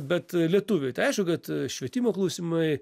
bet lietuviai tai aišku kad švietimo klausimai